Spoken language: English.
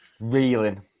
Reeling